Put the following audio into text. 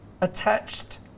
attached